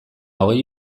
hogei